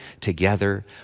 together